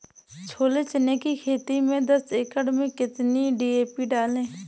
छोले चने की खेती में दस एकड़ में कितनी डी.पी डालें?